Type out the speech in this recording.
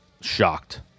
shocked